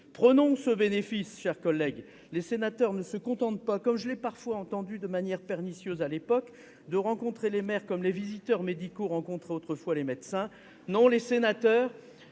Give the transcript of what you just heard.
Prenons ce bénéfice, chers collègues ! Les sénateurs ne se contentent pas, comme je l'ai parfois entendu de manière pernicieuse à l'époque, de rencontrer les maires comme les visiteurs médicaux rencontraient autrefois les médecins. Non, les sénateurs